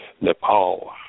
Nepal